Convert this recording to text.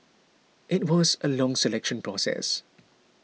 it was a long selection process